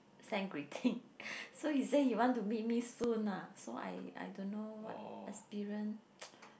send greeting so he say he want to meet me soon lah so I I don't know what experience